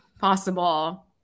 possible